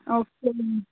okay